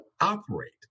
operate